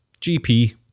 gp